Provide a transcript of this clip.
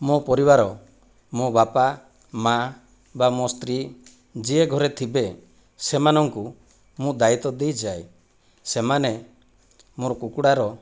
ମୋ ପରିବାର ମୋ ବାପା ମା' ବା ମୋ ସ୍ତ୍ରୀ ଯିଏ ଘରେ ଥିବେ ସେମାନଙ୍କୁ ମୁଁ ଦାଇତ୍ୱ ଦେଇଯାଏ ସେମାନେ ମୋର କୁକୁଡ଼ାର